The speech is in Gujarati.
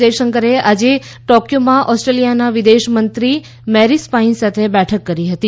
જયશંકરે આજે ટોક્વોમાં ઓસ્ટ્રેલિયાના વિદેશમંત્રી મેરીસ પાઈન સાથે બેઠક કરી હતી